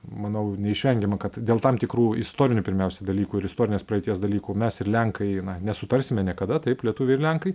manau neišvengiama kad dėl tam tikrų istorinių pirmiausiai dalykų ir istorinės praeities dalykų mes ir lenkai na nesutarsime niekada taip lietuviai ir lenkai